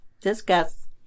discuss